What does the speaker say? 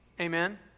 Amen